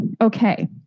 okay